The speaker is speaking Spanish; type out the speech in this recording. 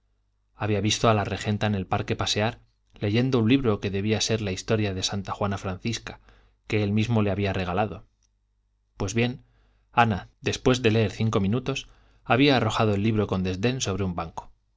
había visto a la regenta en el parque pasear leyendo un libro que debía de ser la historia de santa juana francisca que él mismo le había regalado pues bien ana después de leer cinco minutos había arrojado el libro con desdén sobre un banco